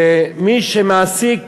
שמי שמעסיק